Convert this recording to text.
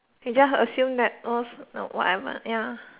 we just assume the hmm whatever ya